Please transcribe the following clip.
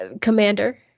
Commander